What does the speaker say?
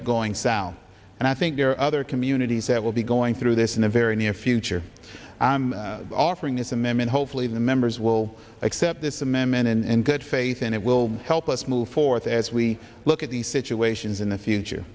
up going south and i think there are other communities that will be going through this in the very near future and i'm offering this amendment hopefully the members will accept this amendment and good faith and it will help us move forward as we look at these situations in the future